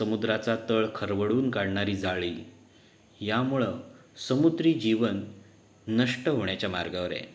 समुद्राचा तळ खरवडून काढणारी जाळी यामुळं समुद्री जीवन नष्ट होण्याच्या मार्गावर आहे